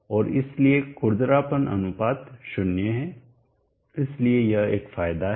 और इसलिए खुरदरापन अनुपात 0 है इसलिए यह एक फायदा है